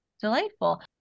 delightful